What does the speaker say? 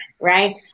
right